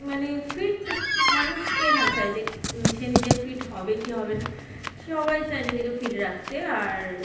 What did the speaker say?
মানে ফিট মানুষ কে না চায় যে সে নিজে ফিট হবে কি হবে না সবাই চায় নিজেকে ফিট রাখতে আর